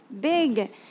big